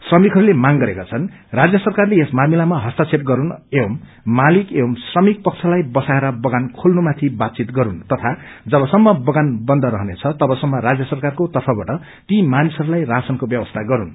श्रमिकहरूले मांग गरेका छन् राज्य सरकारले यस मामिलामा हस्तक्षेप गरून् एवं मालिक एवं श्रमिक पक्षलाई बसाएर बगान खेल्नुमाथि बात गरून् तथा जबसम्म बगान बन्द रहनेछ तबसम्म राज्य सरकारको तर्फबाट ती मानिसहरूलाई रााशनको व्यवस्थ गरून्